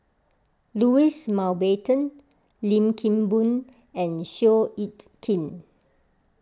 Louis Mountbatten Lim Kim Boon and Seow Yit Kin